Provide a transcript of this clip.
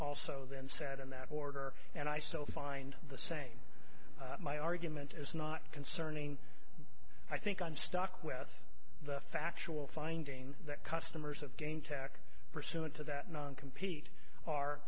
also then said in that order and i still find the same my argument is not concerning i think i'm stuck with the factual finding that customers of gain tech pursuant to that non compete